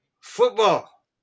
football